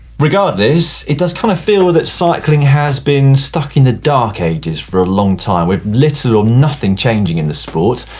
regardless, it does kind of feel that cycling has been stuck in the dark ages for long time, with little or nothing changing in the sport.